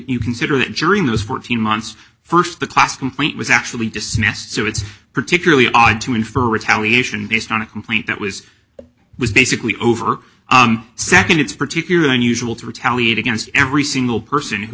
you consider that during those fourteen months first the class complaint was actually dismissed so it's particularly odd to infer retaliation based on a complaint that was was basically over second it's particularly unusual to retaliate against every single person who